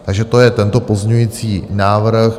Takže to je tento pozměňovací návrh.